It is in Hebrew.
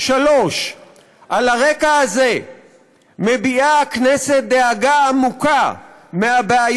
3. על הרקע הזה הכנסת מביעה דאגה עמוקה מהבעיות